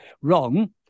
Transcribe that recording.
wrong